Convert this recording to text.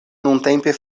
nuntempe